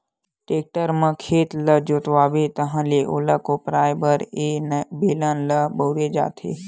tractor म खेत ल जोतवाबे ताहाँले ओला कोपराये बर ए बेलन ल बउरे जाथे